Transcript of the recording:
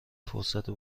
فرصت